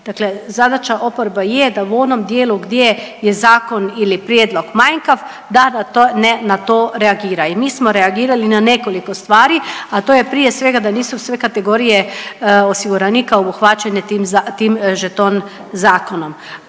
dakle zadaća oporbe je da u onom dijelu gdje je zakon ili prijedlog manjkav da na to, ne na to reagira i mi smo reagirali na nekoliko stvari, a to je prije svega da nisu sve kategorije osiguranika obuhvaćene tim, tim žeton zakonom.